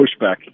pushback